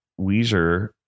Weezer